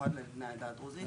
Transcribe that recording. במיוחד לבני העדה הדרוזית.